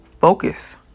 focus